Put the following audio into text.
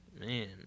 Man